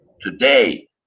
Today